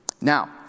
Now